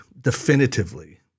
definitively